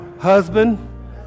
husband